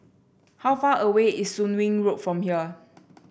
how far away is Soon Wing Road from here